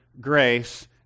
grace